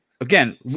again